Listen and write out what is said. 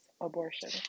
abortion